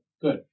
Good